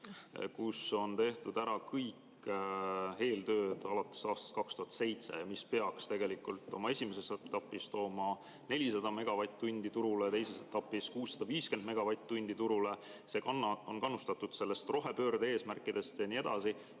kus on tehtud ära kõik eeltööd, alates aastast 2007, ning mis peaks tegelikult oma esimeses etapis tooma turule 400 megavatt-tundi ja teises etapis 650 megavatt-tundi. See on kannustatud rohepöörde eesmärkidest ja nii edasi,